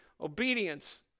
obedience